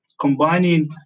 combining